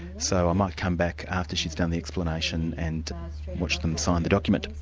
so i might come back after she's done the explanation and watch them sign the document.